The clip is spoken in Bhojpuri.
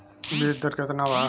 बीज दर केतना वा?